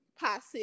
passive